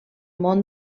món